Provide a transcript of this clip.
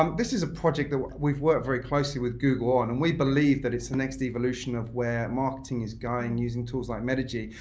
um this is a project that we've worked very closely with google on and we believe that it's the next evolution of where marketing is going and using tools like metigy,